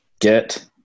Get